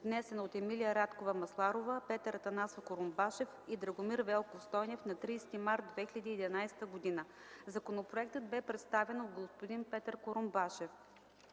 внесен от Емилия Радкова Масларова, Петър Атанасов Курумбашев и Драгомир Велков Стойнев на 30.03.2011 г. Законопроектът бе представен от господин Петър Курумбашев.